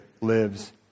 lives